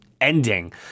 ending